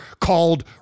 called